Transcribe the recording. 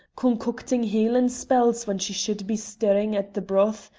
concocting hielan' spells when she should be stirring at the broth.